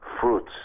fruits